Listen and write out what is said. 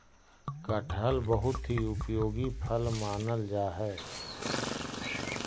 कटहल बहुत ही उपयोगी फल मानल जा हई